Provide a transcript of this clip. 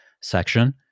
section